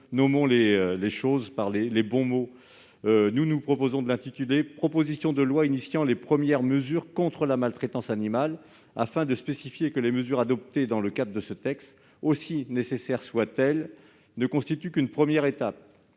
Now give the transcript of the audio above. nommons les choses avec les bons mots. Nous proposons donc de rédiger ainsi l'intitulé du texte :« proposition de loi initiant les premières mesures contre la maltraitance animale » afin de préciser que les mesures adoptées dans le cadre de ce texte, aussi nécessaires soient-elles, ne constituent qu'une première étape.